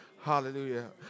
Hallelujah